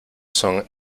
son